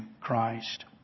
Christ